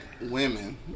women